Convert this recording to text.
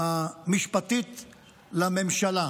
המשפטית לממשלה.